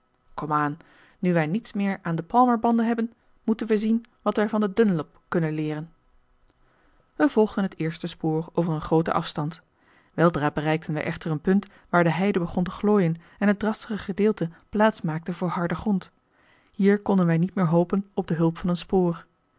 komaan nu wij niets meer aan de palmerbanden hebben moeten wij zien wat wij van de dunlop kunnen leeren wij volgden het eerste spoor over een grooten afstand weldra bereikten wij echter een punt waar de heide begon te glooien en het drassige gedeelte plaats maakte voor harden grond hier konden wij niet meer hopen op de hulp van een spoor